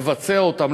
לבצע אותן,